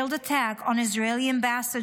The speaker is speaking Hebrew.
failed attack on Israeli ambassador